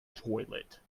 toilet